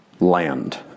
land